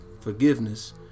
forgiveness